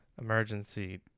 emergency